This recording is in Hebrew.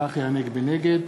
נגד